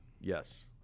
Yes